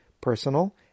personal